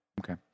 Okay